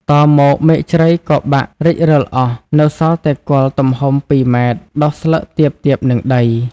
តមកមែកជ្រៃក៏បាក់រិចរិលអស់ នៅសល់តែគល់ទំហំ ២ ម. ដុះស្លឹកទាបៗនឹងដី ។